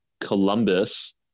columbus